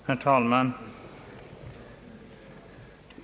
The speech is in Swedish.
Herr talman!